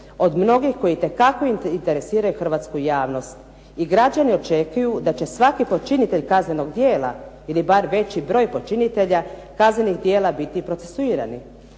od mnogih koje itekako interesiraju hrvatsku javnost i građani očekuju da će svaki počinitelj kaznenog djela ili bar veći broj počinitelja kaznenih djela biti procesuirani.